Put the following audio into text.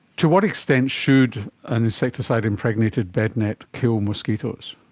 to what extent should an insecticide impregnated bed net kill mosquitoes?